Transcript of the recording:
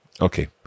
Okay